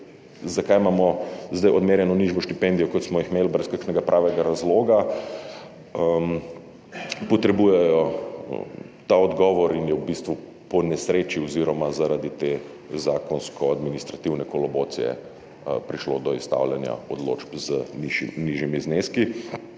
zakaj imamo zdaj odmerjeno nižjo štipendijo, kot smo jih imeli, brez kakšnega pravega razloga, potrebujejo ta odgovor in je v bistvu po nesreči oziroma zaradi te zakonsko administrativne kolobocije prišlo do izstavljanja odločb z nižjimi zneski,